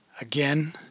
Again